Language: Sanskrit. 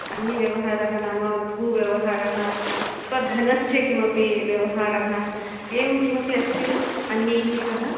अन्यव्यवहारः नाम भूव्यवहारः स्वधनस्य किमपि व्यवहारः एवं किमपि अस्ति वा अन्यैः सह